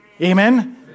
Amen